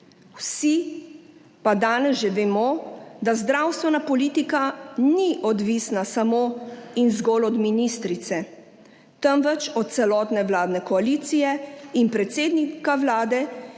Vsi pa danes že vemo, da zdravstvena politika ni odvisna samo in zgolj od ministrice, temveč od celotne vladne koalicije in predsednika Vlade,